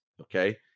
okay